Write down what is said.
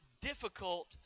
difficult